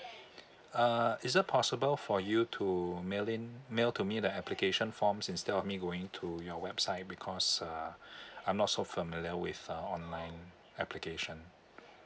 uh is it possible for you to mail in mail to me the application forms instead of me going to your website because uh I'm not so familiar with uh online application